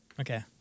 Okay